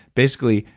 basically,